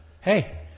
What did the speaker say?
Hey